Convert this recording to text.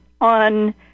on